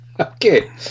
Okay